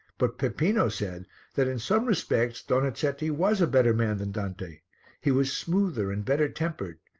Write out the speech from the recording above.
but peppino said that in some respects donizetti was a better man than dante he was smoother and better tempered,